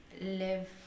live